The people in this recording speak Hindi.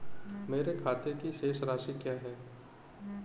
मेरे खाते की शेष राशि क्या है?